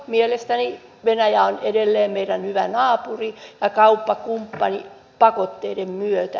mielestäni venäjä on edelleen meidän hyvä naapuri ja kauppakumppani pakotteiden myötä